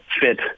fit